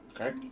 Okay